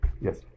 Yes